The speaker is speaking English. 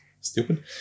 stupid